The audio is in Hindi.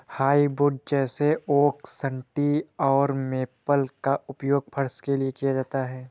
हार्डवुड जैसे ओक सन्टी और मेपल का उपयोग फर्श के लिए किया जाता है